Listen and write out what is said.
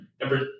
number